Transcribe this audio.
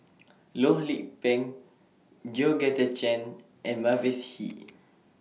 Loh Lik Peng Georgette Chen and Mavis Hee